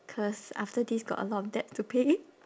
cause after this got a lot of debt to pay